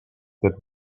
that